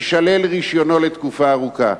יישלל רשיונו לתקופה ארוכה.